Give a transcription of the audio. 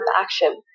action